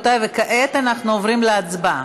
כעת אנחנו עוברים להצבעה.